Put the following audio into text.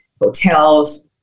hotels